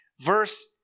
Verse